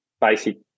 basic